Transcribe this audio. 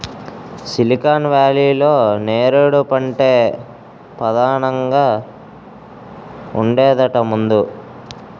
silicon వేలీలో నేరేడు పంటే పదానంగా ఉండేదట ముందు